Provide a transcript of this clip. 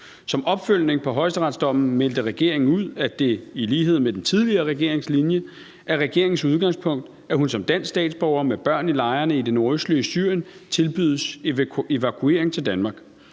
Som opfølgning på højesteretsdommen meldte regeringen ud, at det – i lighed med den tidligere regerings linje – er regeringens udgangspunkt, at hun som dansk statsborger med børn i lejrene i det nordøstlige Syrien tilbydes evakuering til Danmark.